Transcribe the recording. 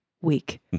week